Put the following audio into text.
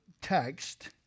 text